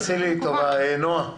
תעשי לי טובה, נעה.